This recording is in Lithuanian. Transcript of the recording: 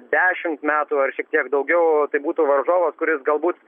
dešim metų ar šiek tiek daugiau tai būtų varžovas kuris galbūt